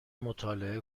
مطالعه